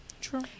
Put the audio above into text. True